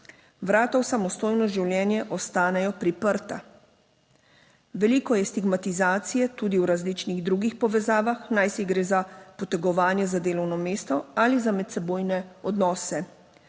Vrata v samostojno življenje ostanejo priprta. Veliko je stigmatizacije tudi v različnih drugih povezavah, najsi gre za potegovanje za delovno mesto ali za medsebojne odnose.